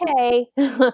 okay